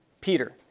Peter